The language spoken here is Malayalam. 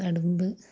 കട്മ്പ്